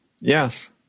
Yes